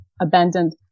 abandoned